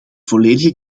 volledige